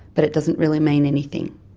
but it doesn't really mean anything.